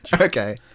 Okay